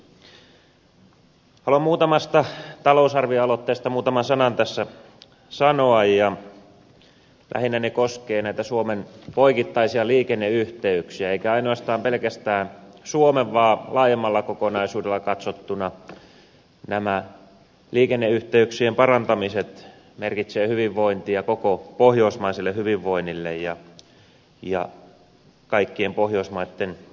haluan muutamasta talousarvioaloitteesta muutaman sanan tässä sanoa ja lähinnä ne koskevat näitä suomen poikittaisia liikenneyhteyksiä eivätkä ainoastaan pelkästään suomen vaan laajemmalla kokonaisuudella katsottuna nämä liikenneyhteyksien parantamiset merkitsevät hyvinvointia koko pohjoismaiselle hyvinvoinnille ja kaikkien pohjoismaitten kansantaloudelle